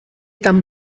tan